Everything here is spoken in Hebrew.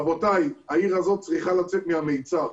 רבותיי, העיר הזאת צריכה לצאת מהמיצר.